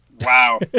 Wow